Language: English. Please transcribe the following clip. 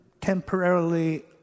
temporarily